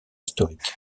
historique